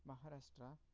Maharashtra